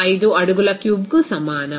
05 అడుగుల క్యూబ్కు సమానం